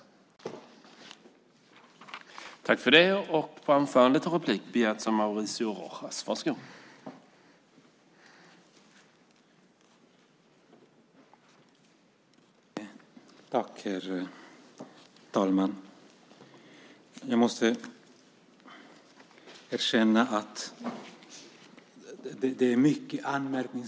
Om detta har flera ledamöter talat här i dag liksom om hur utrikesministerns uttalande feltolkats i utländska medier. Däremot har det i dagens debatt varit mer tyst om regeringens dubbla uppdrag, det vill säga att statsledningen ska värna hotade svenska intressen samtidigt som man ska följa grundlagen. Detta slås också fast i KU:s betänkande, vilket är viktigt att komma ihåg.